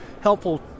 helpful